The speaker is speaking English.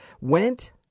Went